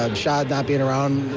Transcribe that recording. ah chad not being around,